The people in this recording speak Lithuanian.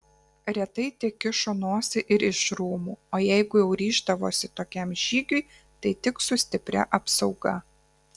retai tekišo nosį ir iš rūmų o jeigu jau ryždavosi tokiam žygiui tai tik su stipria apsauga